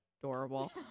adorable